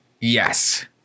Yes